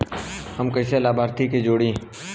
हम कइसे लाभार्थी के जोड़ी?